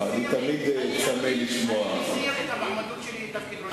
אני מסיר את המועמדות שלי לתפקיד ראש הממשלה.